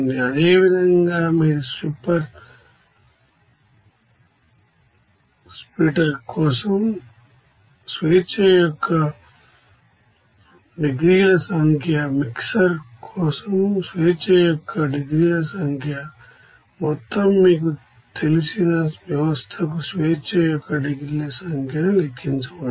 అదేవిధంగా మీరు stripper splitter కోసం డిగ్రీస్ అఫ్ ఫ్రీడమ్ ల సంఖ్య మిక్సర్ కోసం డిగ్రీస్ అఫ్ ఫ్రీడమ్ మొత్తం మీకు తెలిసిన వ్యవస్థకు డిగ్రీస్ అఫ్ ఫ్రీడమ్ ను లెక్కించవచ్చు